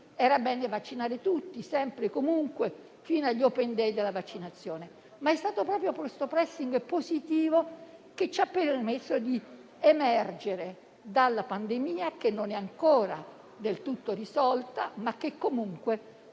era bene vaccinare tutti, sempre e comunque, fino agli *open day* della vaccinazione. Ma è stato proprio questo *pressing* positivo che ci ha permesso di emergere dalla pandemia, che non è ancora del tutto risolta, ma che comunque presenta